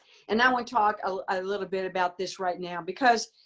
and now we'll talk a little bit about this right now because,